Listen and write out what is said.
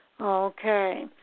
Okay